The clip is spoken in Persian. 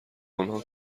آنها